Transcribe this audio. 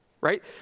right